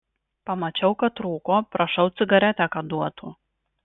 pamačiau kad rūko prašau cigaretę kad duotų